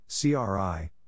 CRI